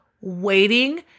waiting